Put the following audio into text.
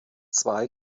zwei